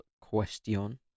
question